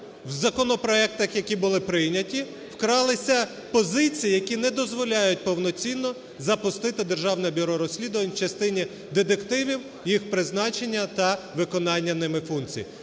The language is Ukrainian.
в законопроектах, які були прийняті вкралися позиції, які не дозволяють повноцінно запустити Державне бюро розслідувань в частині детективів, їх призначення та виконання ними функцій.